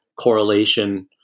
correlation